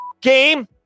game